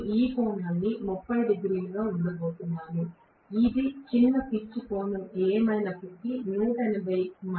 నేను ఈ కోణాన్ని 30 డిగ్రీలుగా ఉండబోతున్నాను ఇది చిన్న పిచ్ కోణం ఏమైనప్పటికీ 180 మైనస్కు అనుగుణంగా ఉంటుంది